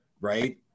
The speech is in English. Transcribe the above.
right